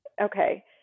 Okay